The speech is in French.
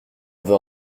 veux